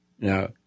Now